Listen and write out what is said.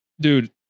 dude